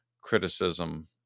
criticism